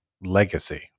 legacy